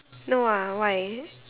no ah why